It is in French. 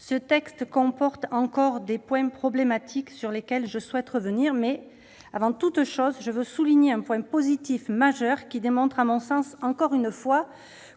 ce texte comporte encore des points problématiques sur lesquels je souhaite revenir. Mais, avant toute chose, je veux souligner un point positif majeur, démontrant à mon sens, encore une fois,